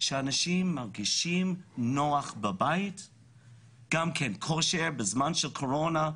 כשאנשים מרגישים נוח בבית בזמן הקורונה,